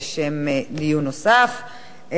נעבור לנושא הבא בסדר-היום: